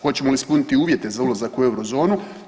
Hoćemo li ispuniti uvjete za ulazak u Eurozonu?